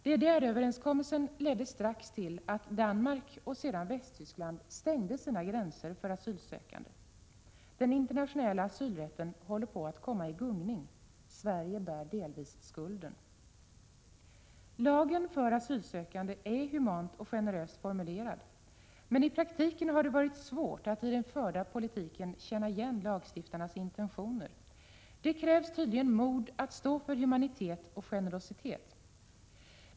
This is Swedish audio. DDR-överenskommelsen ledde strax till att Danmark, och sedan Västtyskland, stängde sina gränser för asylsökande. Den internationella asylrätten håller på att komma i gungning. Sverige bär delvis skulden. Lagen för asylsökande är humant och generöst formulerad. Men i praktiken har det varit svårt att i den förda politiken känna igen lagstiftarnas intentioner. Det krävs tydligen mod att stå för humanitet och generositet.